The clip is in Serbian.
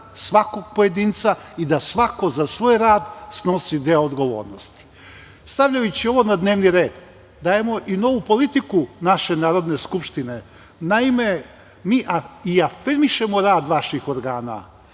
svakog pojedinca i da svako za svoj rad snosi deo odgovornosti. Stavljajući ovo na dnevni red, dajemo i novu politiku naše Narodne skupštine. Naime, mi i afirmišemo rad vaših organa